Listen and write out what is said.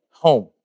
home